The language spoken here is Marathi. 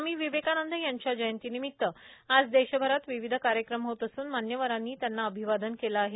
स्वामी विवेकानंद यांच्या जयंतीनिमित्त आज देशभरात विविध कार्यकम होत असून मान्यवरांनी त्यांना अभिवादन केलं आहे